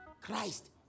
Christ